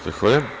Zahvaljujem.